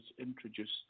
introduced